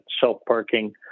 self-parking